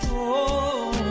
o'